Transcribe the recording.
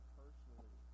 personally